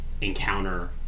encounter